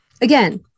again